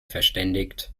verständigt